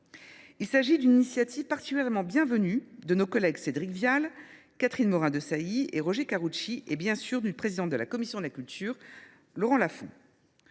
Il s’agit d’une initiative particulièrement bienvenue de nos collègues Cédric Vial, Catherine Morin Desailly, Roger Karoutchi et, bien évidemment, du président de la commission de la culture, Laurent Lafon.